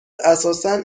اساسا